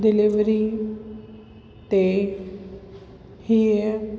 delivery ते हीअ